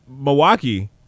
Milwaukee